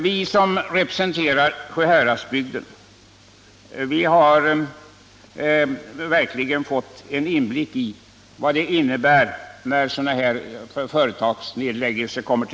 Vi som representerar Sjuhäradsbygden har verkligen fått en inblick i vad sådana här företagsnedläggelser innebär.